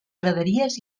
graderies